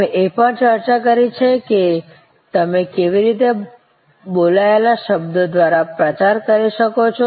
અમે એ પણ ચર્ચા કરી છે કે તમે કેવી રીતે બોલાયેલા શબ્દો દ્વારા પ્રચાર કરી શકો છો